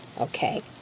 okay